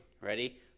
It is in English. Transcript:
Ready